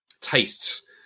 tastes